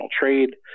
trade